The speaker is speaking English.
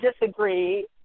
disagree